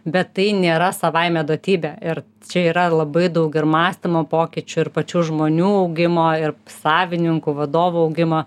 bet tai nėra savaime duotybė ir čia yra labai daug ir mąstymo pokyčių ir pačių žmonių augimo ir savininkų vadovų augimo